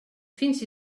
fins